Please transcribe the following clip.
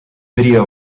video